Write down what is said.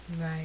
right